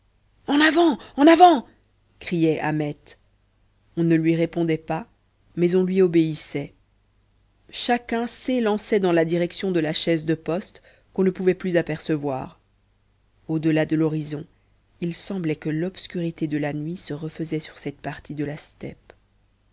en avant en avant criait ahmet on ne lui répondait pas mais on lui obéissait chacun s'élançait dans la direction de la chaise de poste qu'on ne pouvait plus apercevoir au delà de l'horizon il semblait que l'obscurité de la nuit se refaisait sur cette partie de la steppe